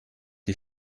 die